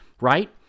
right